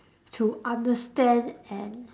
to understand and